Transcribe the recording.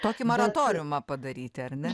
tokį moratoriumą padaryti ar ne